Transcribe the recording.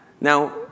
Now